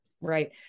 Right